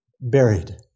Buried